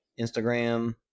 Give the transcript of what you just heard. Instagram